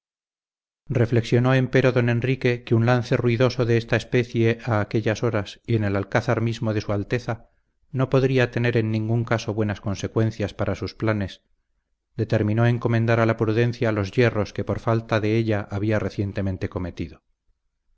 reflexionó empero don enrique que un lance ruidoso de esta especie a aquellas horas y en el alcázar mismo de su alteza no podría tener en ningún caso buenas consecuencias para sus planes determinó encomendar a la prudencia los yerros que por falta de ella había recientemente cometido